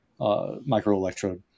microelectrode